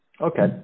Okay